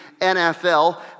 NFL